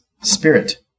spirit